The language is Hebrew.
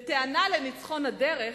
בטענה לניצחון הדרך,